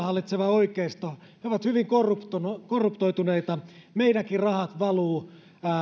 hallitseva oikeisto on hyvin korruptoitunutta korruptoitunutta meidänkin rahat valuvat